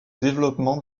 développement